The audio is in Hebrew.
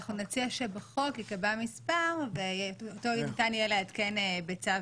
אנחנו נציע שבחוק ייקבע מספר ואותו ניתן יהיה לעדכן בצו